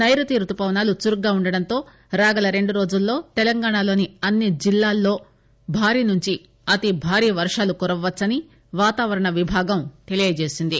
సైరుతి రుతుపవనాలు చురుగ్గా వుండటంతో రాగల రెండు రోజుల్లో తెలంగాణలోని అన్ని జిల్లాల్లో భారీ నుంచి అతి భారీ వర్షాలు కురవవచ్చునని వాతావరణ విభాగం తెలియజేసింది